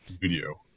video